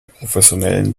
professionellen